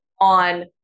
on